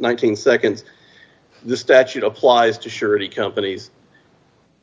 thousand seconds the statute applies to surety companies